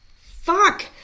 fuck